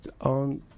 on